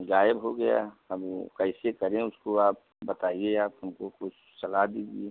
गायब हो गया अब वो कैसे करें उसको आप बताइए आप हमको कुछ सलाह दीजिए